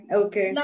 okay